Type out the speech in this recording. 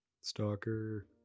Stalker